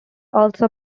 also